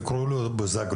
תקראו לו בוזגלו.